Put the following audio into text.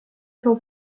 seu